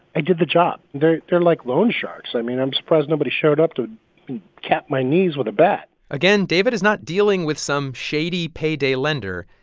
i did the job. and they're like loan sharks. i mean, i'm surprised nobody showed up to cap my knees with a bat again, david is not dealing with some shady, payday lender.